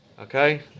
Okay